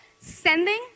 sending